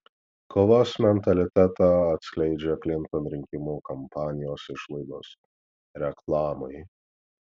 kovos mentalitetą atskleidžia klinton rinkimų kampanijos išlaidos reklamai